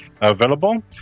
available